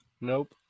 Nope